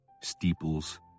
steeples